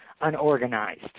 unorganized